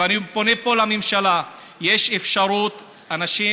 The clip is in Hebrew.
ואני פונה פה לממשלה: יש אפשרות, אנשים